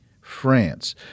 France